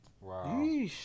Wow